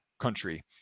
country